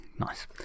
Nice